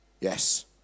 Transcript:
Yes